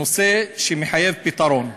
נושא שמחייב פתרון,